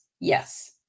yes